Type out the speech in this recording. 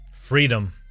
Freedom